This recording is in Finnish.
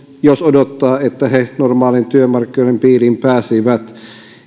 jos odottaa että he normaalien työmarkkinoiden piiriin pääsisivät